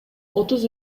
отуз